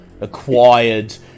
acquired